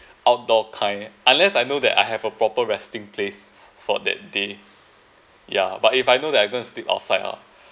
outdoor kind unless I know that I have a proper resting place for that day ya but if I know that I'm going to sleep outside ah